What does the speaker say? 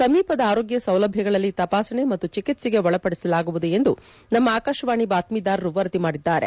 ಸಮೀಪದ ಆರೋಗ್ಗ ಸೌಲಭ್ಯಗಳಲ್ಲಿ ತಪಾಸಣೆ ಮತ್ತು ಚಿಕಿತ್ಸೆಗೆ ಒಳಪಡಿಸಲಾಗುವುದು ಎಂದು ನಮ್ನ ಆಕಾಶವಾಣಿ ಬಾತ್ಸೀದಾರರು ವರದಿ ಮಾಡಿದಾರೆ